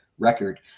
record